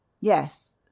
Yes